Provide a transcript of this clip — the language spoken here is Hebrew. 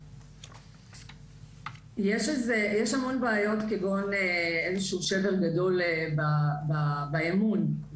יש המון בעיות, כגון איזשהו שבר גדול באמון.